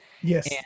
Yes